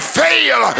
fail